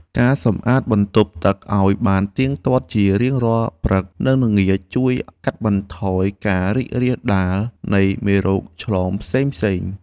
ការសម្អាតបន្ទប់ទឹកឱ្យបានទៀងទាត់ជារៀងរាល់ព្រឹក និងល្ងាចជួយកាត់បន្ថយការរីករាលដាលនៃមេរោគឆ្លងផ្សេងៗ។